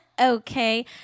Okay